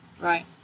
Right